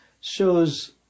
shows